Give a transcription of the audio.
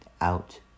out